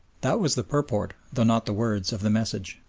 that was the purport, though not the words of the message,